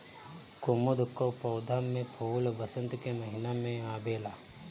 कुमुद कअ पौधा में फूल वसंत के महिना में आवेला